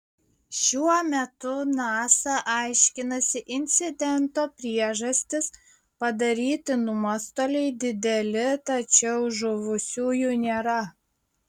šiuo metu nasa aiškinasi incidento priežastis padaryti nuostoliai dideli tačiau žuvusiųjų nėra